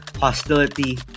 hostility